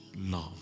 love